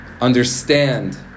understand